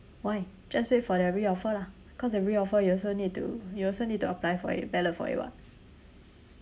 why just wait for the re-offer lah cause the re-offer you also need to you also need to apply for it ballot for it [what]